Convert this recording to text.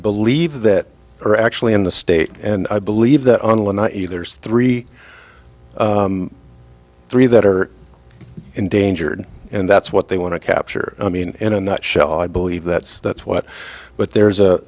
believe that are actually in the state and i believe that unless the there's three three that are endangered and that's what they want to capture i mean in a nut shell i believe that's that's what but there's a